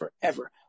forever